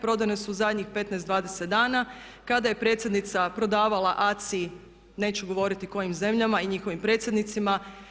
Prodane su u zadnjih 15, 20 dana kada je predsjednica prodavala ACI neću govoriti kojim zemljama i njihovim predsjednicima.